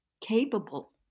capable